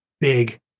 big